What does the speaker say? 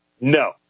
no